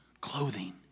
clothing